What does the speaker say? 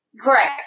correct